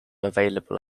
available